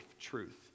truth